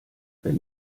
wenn